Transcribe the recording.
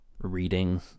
reading